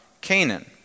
Canaan